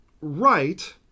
right